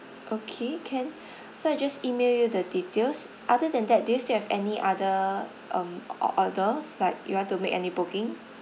okay can so I just email you the details other than that do you still have any other um or~ orders like you want to make any booking